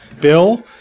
Bill